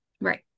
Right